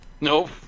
Nope